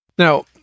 Now